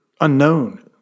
unknown